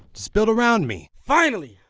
just build around me. finally!